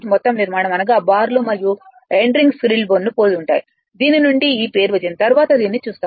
మొత్తం నిర్మాణం అనగా బార్లు మరియు ఎండ్ రింగ్ స్క్విరెల్ బోనును పోలి ఉంటాయి దీని నుండి ఈ పేరు వచ్చింది తరువాత దీనిని చూస్తాము